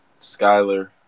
Skyler